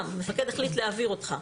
מפקד החליט להעביר אותך,